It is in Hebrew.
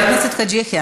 חבר הכנסת חאג' יחיא,